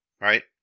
Right